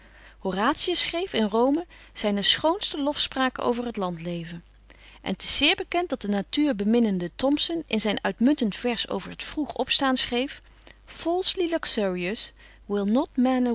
horatius schreef in romen zyne schoonste lofspraken over het landleven en t is zeer bekent dat de natuurbeminnende thomson in zyn uitmuntent vaers over het vroeg opstaan schreef